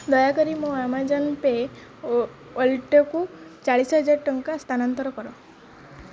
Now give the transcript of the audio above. ଦୟାକରି ମୋ Amazon pay ୱ ୱାଲେଟକୁ ଚାଳିଶହଜାର ଟଙ୍କା ସ୍ଥାନାନ୍ତରିତ କର